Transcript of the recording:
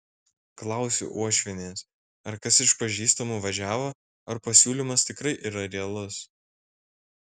klausiu uošvienės ar kas iš pažįstamų važiavo ar pasiūlymas tikrai yra realus